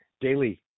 daily